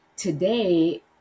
Today